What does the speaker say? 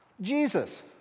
Jesus